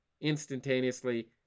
instantaneously